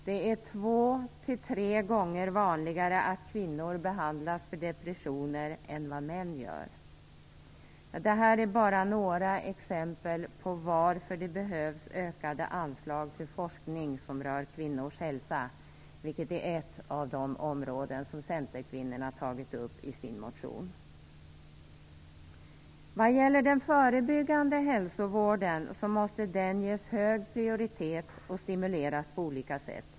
Det är två tre gånger vanligare att kvinnor blir behandlade för depressioner än att män blir det. Detta är bara några exempel som visar att det behövs ökade anslag till forskning som rör kvinnors hälsa. Det är ett av de områden som centerkvinnorna tagit upp i sin motion. Den förebyggande hälsovården måste ges hög prioritet och stimuleras på olika sätt.